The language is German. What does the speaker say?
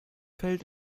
fällt